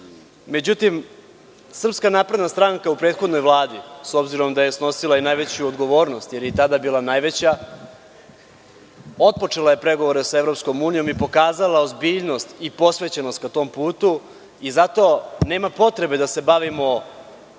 desilo.Međutim, Srpska napredna stranka u prethodnoj Vladi, s obzirom da je snosila i najveću odgovornost jer je i tada bila najveća, otpočela je pregovore sa Evropskom unijom i pokazala ozbiljnost i posvećenost ka tom putu i zato nema potrebe da se bavimo